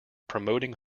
promoting